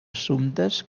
assumptes